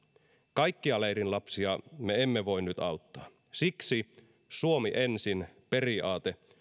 kaikkia leirin lapsia me emme voi nyt auttaa siksi suomi ensin periaate